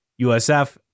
USF